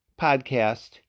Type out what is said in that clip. podcast